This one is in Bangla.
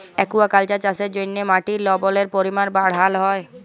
একুয়াকাল্চার চাষের জ্যনহে মাটির লবলের পরিমাল বাড়হাল হ্যয়